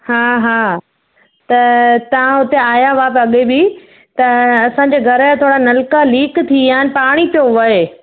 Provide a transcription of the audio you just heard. हा हा त तव्हां उते आया हुआ अॻे बि त असांजे घर जा थोरा नलिका लीक थी विया आहिनि पाणी पियो विहे